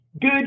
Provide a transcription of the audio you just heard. Good